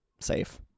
safe